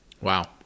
Wow